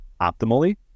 optimally